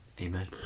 Amen